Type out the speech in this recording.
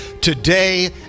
today